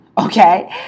okay